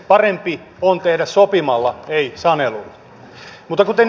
parempi on tehdä sopimalla ei sanelulla